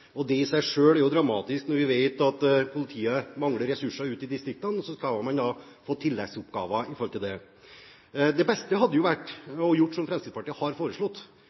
Det i seg selv er jo dramatisk når vi vet at politiet mangler ressurser ute i distriktene, og så skal man få tilleggsoppgaver med dette. Det beste hadde jo vært å gjøre som Fremskrittspartiet har foreslått,